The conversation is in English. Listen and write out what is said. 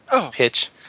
pitch